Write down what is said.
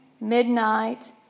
midnight